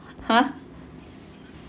!huh!